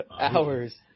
hours